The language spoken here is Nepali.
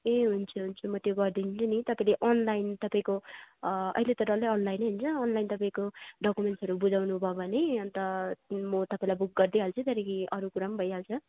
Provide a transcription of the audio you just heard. ए हुन्छ हुन्छ म त्यो गरिदिन्छु नि तपाईँले अनलाइन तपाईँको अहिले त डल्लै अनलाइनै हुन्छ अनलाइन तपाईँको डक्युमेन्ट्सहरू बुझाउनु भयो भने अन्त म तपाईँलाई बुक गरिदिहाल्छु त्यहाँदेखि अरू कुरा भइहाल्छ